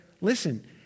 listen